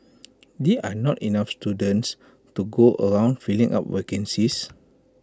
there are not enough students to go around filling up vacancies